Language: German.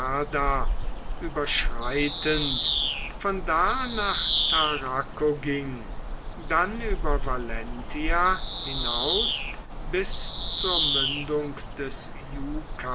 überschreitend von da nach tarraco ging dann über valentia hinaus bis zur mündung des